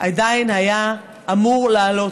עדיין היה אמור לעלות.